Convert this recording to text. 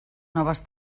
noves